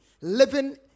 Living